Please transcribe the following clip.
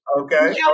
Okay